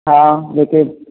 हा ॿियो केरु